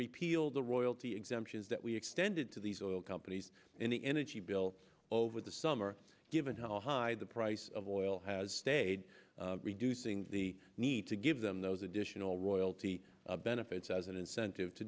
repeal the royalty exemptions that we extended to these oil companies in the energy bill over the summer given how high the price of oil has stayed reducing the need to give them those additional royalty benefits as an incentive to